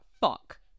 fuck